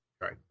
Right